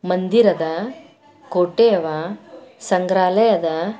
ಮಂದಿರ ಅದ ಕೋಟೆ ಅವ ಸಂಗ್ರಹಾಲಯ ಅದ